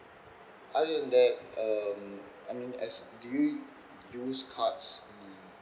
other than that um I mean as do you use cards